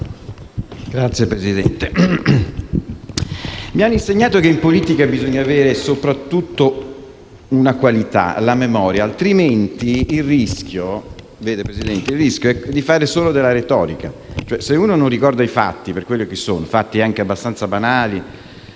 Signor Presidente, mi hanno insegnato che in politica bisogna avere soprattutto una qualità: la memoria. Altrimenti il rischio è di fare solo della retorica. Bisogna ricordare i fatti. Si tratta di fatti anche abbastanza banali,